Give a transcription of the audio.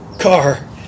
car